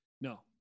no